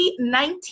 2019